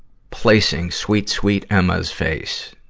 placing sweet, sweet emma's face.